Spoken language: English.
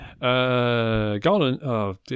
Garland